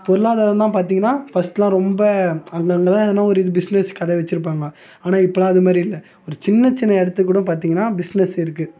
பொருளாதாரம்லாம் பார்த்திங்கன்னா ஃபர்ஸ்ட்லாம் ரொம்ப அங்கங்கே தான் எதனா ஒரு பிஸ்னஸ் கடை வச்சுருப்பாங்க ஆனால் இப்போலாம் அதுமாரி இல்லை ஒரு சின்ன சின்ன இடத்துக்கு கூடம் பார்த்திங்கன்னா பிஸ்னஸ் இருக்கு